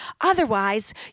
Otherwise